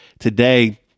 Today